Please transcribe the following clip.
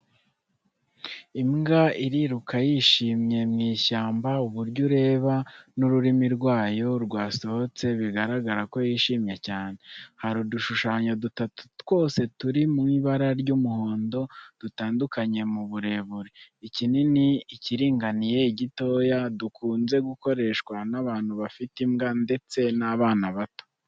Imbwa iriruka yishimye mu ishyamba uburyo ureba n’ururimi rwayo rwasohotse biragaragara ko yishimye cyane. Hari udushushanyo dutatu twose turi mu ibara ry’umuhondo dutandukanye mu burebure: ikinini, ikiringaniye, igitoya, dukunze gukoreshwa n’abantu bafite imbwa ndetse n’abana bato.